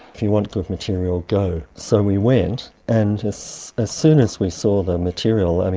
if you want good material, go. so we went and as ah soon as we saw the material.